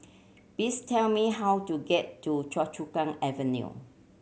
please tell me how to get to Choa Chu Kang Avenue